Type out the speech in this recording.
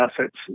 assets